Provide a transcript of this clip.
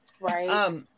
Right